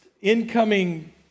incoming